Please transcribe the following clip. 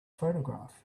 photograph